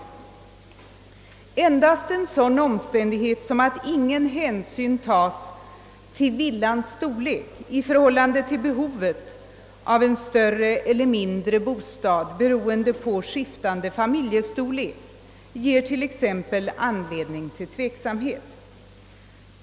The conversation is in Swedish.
Redan en sådan omständighet som att vid beskattningen ingen hänsyn tas till behovet av en större eller mindre bostad, beroende på skiftande familjestorlek, ger anledning till tveksamhet.